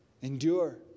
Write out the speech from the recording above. Endure